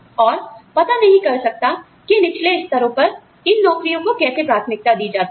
और पता नहीं कर सकता कि निचले स्तरों पर इन नौकरियों को कैसे प्राथमिकता दी जाती है